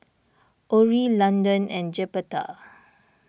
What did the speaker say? Orrie Landon and Jeptha